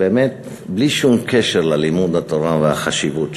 באמת, בלי שום קשר ללימוד התורה והחשיבות שלה.